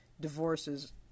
divorces